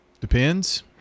Depends